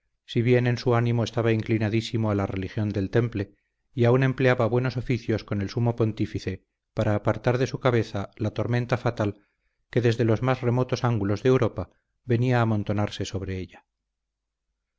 si bien en su ánimo estaba inclinadísimo a la religión del temple y aun empleaba buenos oficios con el sumo pontífice para apartar de su cabeza la tormenta fatal que desde los más remotos ángulos de europa venía a amontonarse sobre ella